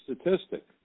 statistic